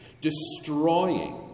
destroying